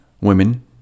women